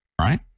right